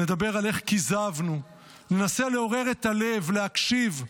נדבר על איך כיזבנו, ננסה לעורר את הלב, להקשיב,